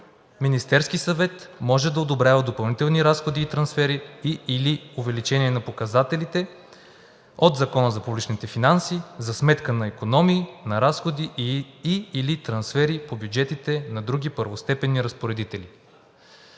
„Министерският съвет може да одобрява допълнителни разходи и трансфери и/или увеличение на показателите от Закона за публичните финанси за сметка на икономии, на разходи и/или трансфери по бюджетите на други първостепенни разпоредители.“